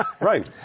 Right